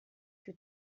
più